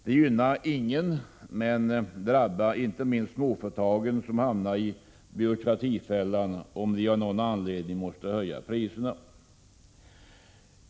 Det gynnar ingen men drabbar inte minst småföretagen, som hamnar i byråkratifällan om de av någon anledning måste höja priserna.